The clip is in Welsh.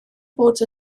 bod